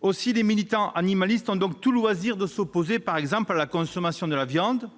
Aussi, les militants animalistes ont tout loisir de s'opposer, par exemple, à la consommation de la viande,